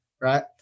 right